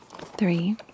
Three